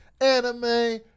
anime